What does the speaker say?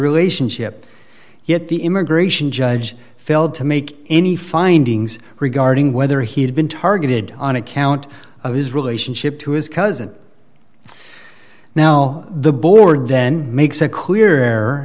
relationship yet the immigration judge failed to make any findings regarding whether he had been targeted on account of his relationship to his cousin now the board then makes a clear